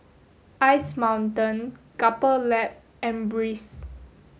Ice Mountain Couple Lab and Breeze